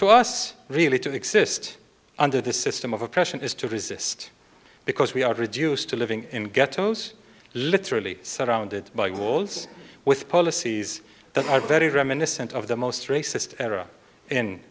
to us really to exist under this system of oppression is to resist because we are reduced to living in ghettos literally surrounded by walls with policies that are very reminiscent of the most racist era in